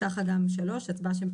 ככה גם שההצבעה שלו,